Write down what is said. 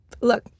Look